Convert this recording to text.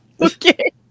Okay